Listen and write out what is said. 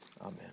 Amen